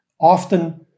often